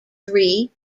three